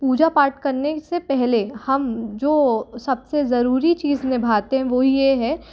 पूजा पाठ करने से पहले हम जो सब से ज़रूरी चीज़ निभाते हैं वो ये है